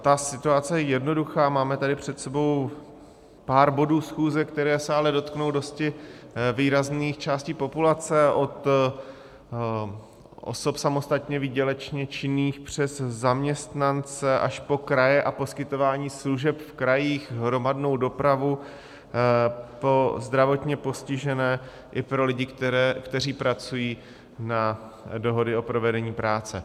Ta situace je jednoduchá, máme tady před sebou pár bodů schůze, které se ale dotknou dosti výrazných částí populace, od osob samostatně výdělečně činných přes zaměstnance až po kraje a poskytování služeb v krajích, hromadnou dopravu, po zdravotně postižené, i po lidi, kteří pracují na dohody o provedení práce.